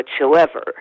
whatsoever